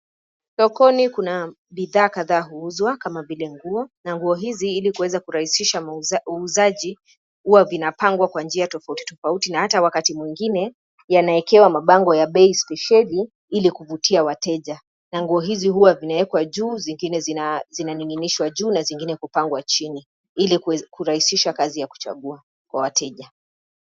Sokoni kuna bidhaa kadhaa huuzwa kama vile nguo na nguo hizi ili kuweza kurahisisha uuzaji, huwa vinapangwa kwa njia tofauti tofauti na ata wakati mwingine yanaekewa mabango ya bei spesheli ili kuvutia wateja, na nguo hizi huwa vinaekwa juu zingine zinaninginishwa juu na zingine kupangwa chini ili kurahisisha kazi ya kuchagua kwa wateja.